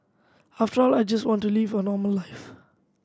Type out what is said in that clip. after all I just want to live a normal life